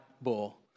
bull